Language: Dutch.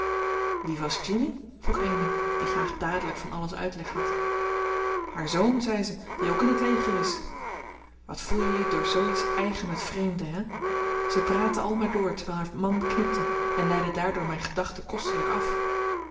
wie was jimmy vroeg amy die graag dadelijk van alles uitleg had haar zoon zei ze die ook in het leger is wat voel je je door zooiets eigen met vreemden hè ze praatte al maar door terwijl haar man knipte en leidde daardoor mijn gedachten kostelijk af